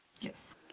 yes